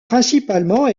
principalement